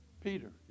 Peter